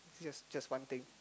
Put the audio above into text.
just just one thing